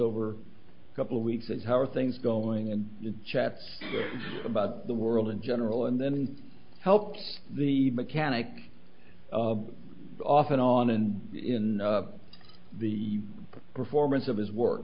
over a couple of weeks at how are things going and chats about the world in general and then help the mechanic off and on and in the performance of his work